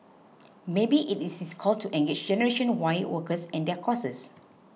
maybe it is his call to engage generation Y workers and their causes